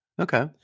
Okay